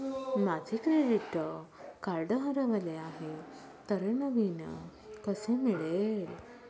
माझे credit card हरवले आहे तर नवीन कसे मिळेल?